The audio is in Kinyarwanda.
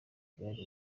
gare